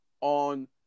on